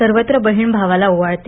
सर्वत्र बहीण भावाला ओवाळते